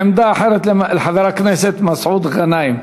עמדה אחרת לחבר הכנסת מסעוד גנאים.